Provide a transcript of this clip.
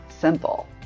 simple